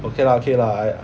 okay lah okay lah I